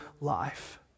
life